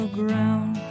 ground